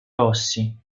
rossi